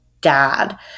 dad